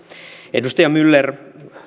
edustaja myller